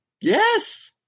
Yes